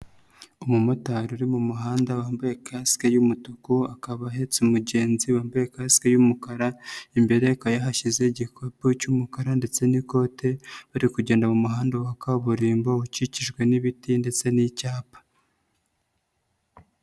Umumotari uri mu muhanda wambaye kasike y'umutuku akaba ahetse umugenzi wambaye kasike y'umukara, imbere akaba yahashyize igikapu cy'umukara ndetse n'ikote, bari kugenda mu muhanda wa kaburimbo ukikijwe n'ibiti ndetse n'icyapa.